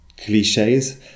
cliches